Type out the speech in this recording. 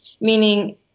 meaning